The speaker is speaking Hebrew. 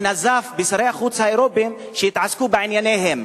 ונזף בשרי החוץ האירופים שיתעסקו בענייניהם.